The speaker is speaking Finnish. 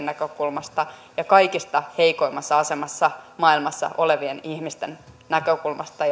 näkökulmasta ja kaikista heikoimmassa asemassa maailmassa olevien ihmisten näkökulmasta